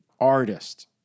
artist